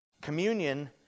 Communion